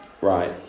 Right